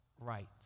right